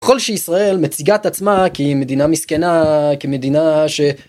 ‫ככל שישראל מציגה את עצמה ‫כמדינה מסכנה, כמדינה ש...